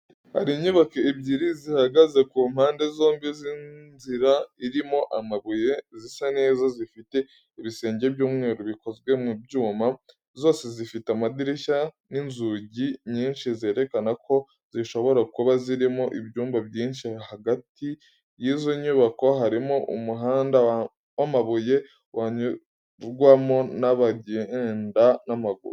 Hari inyubako ebyiri zihagaze ku mpande zombi z’inzira irimo amabuye zisa neza, zifite ibisenge by’umweru bikozwe mu byuma. Zose zifite amadirishya n’inzugi nyinshi, zerekana ko zishobora kuba zirimo ibyumba byinshi. Hagati y’izo nyubako harimo umuhanda w’amabuye wanyurwamo n’abagenda n’amaguru.